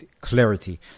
Clarity